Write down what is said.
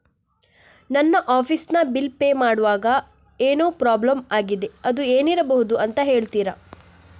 ನನ್ನ ಆಫೀಸ್ ನ bill pay ಮಾಡ್ವಾಗ ಏನೋ ಪ್ರಾಬ್ಲಮ್ ಆಗಿದೆ ಅದು ಏನಿರಬಹುದು ಅಂತ ಹೇಳ್ತೀರಾ?